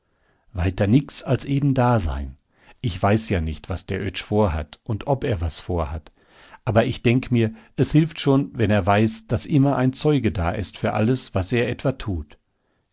weiter nix als eben da sein ich weiß ja nicht was der oetsch vorhat und ob er was vorhat aber ich denk mir es hilft schon wenn er weiß daß immer ein zeuge da ist für alles was er etwa tut